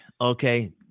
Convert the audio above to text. okay